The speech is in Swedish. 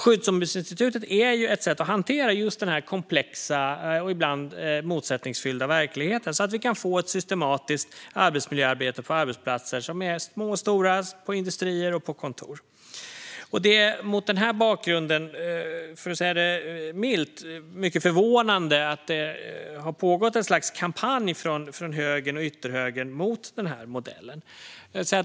Skyddsombudsinstitutet är ett sätt att hantera just denna komplexa och ibland motsättningsfyllda verklighet så att vi kan få ett systematiskt arbetsmiljöarbete på arbetsplatser som är både små och stora och på både industrier och kontor. Det är mot denna bakgrund mycket förvånande, för att uttrycka det milt, att det har pågått ett slags kampanj från högern och ytterhögern mot den här modellen.